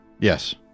Yes